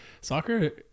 soccer